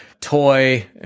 toy